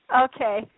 Okay